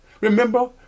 Remember